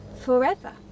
forever